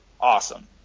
awesome